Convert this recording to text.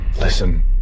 Listen